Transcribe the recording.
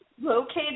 located